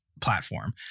platform